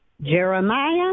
Jeremiah